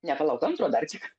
ne palauk antro dar tik